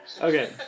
Okay